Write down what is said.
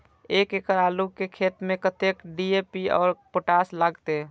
एक एकड़ आलू के खेत में कतेक डी.ए.पी और पोटाश लागते?